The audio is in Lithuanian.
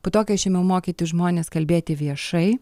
po to kai aš ėmiau mokyti žmones kalbėti viešai